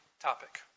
topic